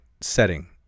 setting